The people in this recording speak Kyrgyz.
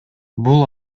бул